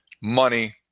money